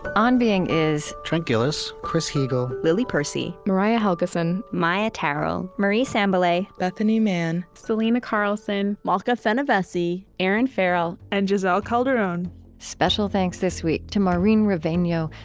on being is trent gilliss, chris heagle, lily percy, mariah helgeson, maia tarrell, marie sambilay, bethanie mann, selena carlson, malka fenyvesi, erinn farrell, and gisell calderon special thanks this week to maureen rovegno,